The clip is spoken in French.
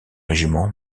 régiment